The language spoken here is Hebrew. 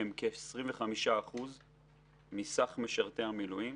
ה- כ-25% מסך משרתי המילואים.